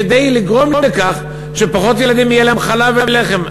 כדי לגרום לכך שפחות ילדים יהיה להם חלב ולחם.